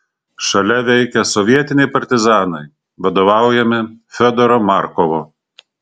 šalia veikia sovietiniai partizanai vadovaujami fiodoro markovo